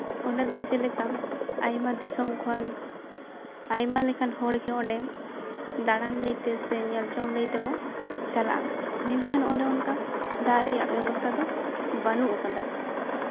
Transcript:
ᱚᱱᱟ ᱫᱚ ᱡᱮᱞᱮᱠᱟ ᱟᱭᱢᱟ ᱫᱤᱥᱚᱢ ᱠᱷᱚᱱ ᱟᱭᱢᱟ ᱞᱮᱠᱟᱱ ᱦᱚᱲᱜᱮ ᱚᱸᱰᱮ ᱫᱟᱬᱟᱱ ᱞᱟᱹᱭᱛᱮ ᱥᱮ ᱧᱮᱞ ᱡᱚᱝ ᱞᱟᱹᱭ ᱛᱮᱠᱚ ᱪᱟᱞᱟᱜᱼᱟ ᱢᱮᱱᱠᱷᱟᱱ ᱚᱸᱰᱮ ᱚᱱᱠᱟ ᱫᱟᱜ ᱨᱮᱭᱟᱜ ᱵᱮᱵᱚᱥᱛᱷᱟ ᱫᱚ ᱵᱟᱹᱱᱩᱜ ᱠᱟᱫᱟ